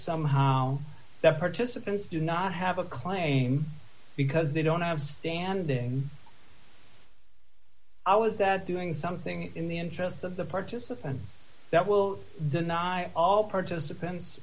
somehow the participants do not have a claim because they don't have standing i was that doing something in the interests of the participant that will deny all participants